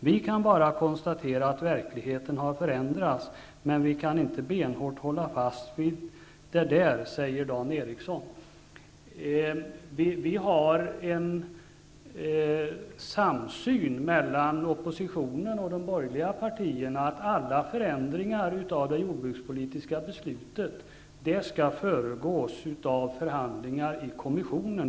Vi kan bara konstatera att verkligheten har förändrats, men vi kan inte benhårt hålla fast vid det där säger Dan Vi har en samsyn mellan oppositionen och de borgerliga partierna om att alla förändringar av det jordbrukspolitiska beslutet skall föregås av förhandlingar i kommissionen.